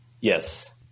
Yes